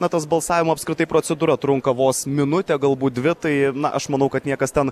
na tos balsavimo apskritai procedūra trunka vos minutę galbūt dvi tai aš manau kad niekas ten